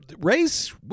race